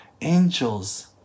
angels